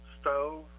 stove